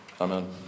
Amen